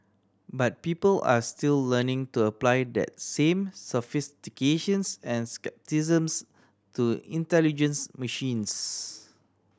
but people are still learning to apply that same sophistications and scepticisms to intelligence machines